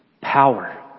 power